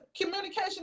communication